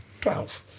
Twelve